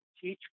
teach